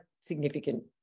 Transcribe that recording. significant